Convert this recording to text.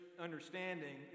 understanding